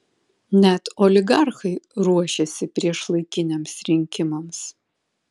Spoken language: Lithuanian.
net oligarchai ruošiasi priešlaikiniams rinkimams